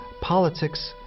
politics